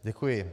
Děkuji.